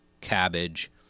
cabbage